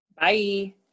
Bye